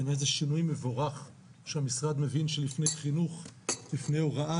זה שינוי מבורך שהמשרד מבין שלפני חינוך ולפני הוראה,